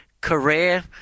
career